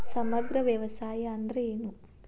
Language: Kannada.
ಸಮಗ್ರ ವ್ಯವಸಾಯ ಅಂದ್ರ ಏನು?